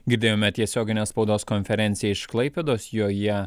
girdėjome tiesioginę spaudos konferenciją iš klaipėdos joje